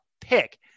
pick